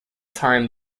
time